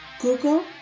Google